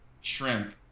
shrimp